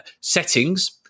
settings